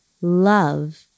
love